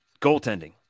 goaltending